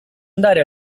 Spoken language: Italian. andare